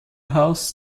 house